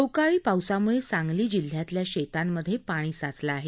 अवकाळी पावसामुळे सांगली जिल्ह्यातल्या शेतांमधे पाणी साचलं आहे